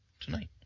Tonight